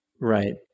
Right